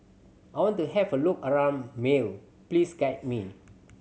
I want to have a look around Male please guide me